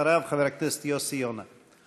אחריו, חבר הכנסת יוסי יונה.